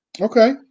Okay